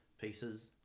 pieces